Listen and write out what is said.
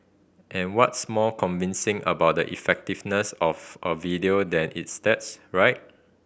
and what's more convincing about the effectiveness of a video than its stats right